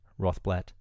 Rothblatt